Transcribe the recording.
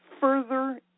further